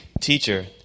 Teacher